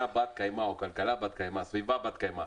בת קיימא או כלכלה בת קיימא או סביבה בת קיימא,